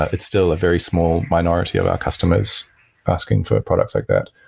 it's still a very small minority of our customers asking for products like that.